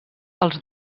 els